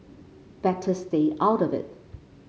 better stay out of it